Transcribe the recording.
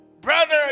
Brother